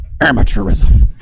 amateurism